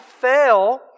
fail